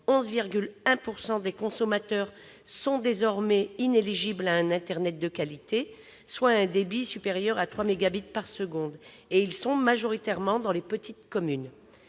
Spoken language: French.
11,1 % des consommateurs sont désormais inéligibles à un internet de qualité, soit un débit supérieur à 3 mégabits par seconde. Ceux-ci vivent majoritairement dans de petites communes.